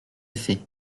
effets